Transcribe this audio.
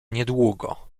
niedługo